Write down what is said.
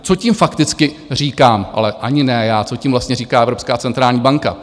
Co tím fakticky říkám ale ani ne já, co tím vlastně říká Evropská centrální banka?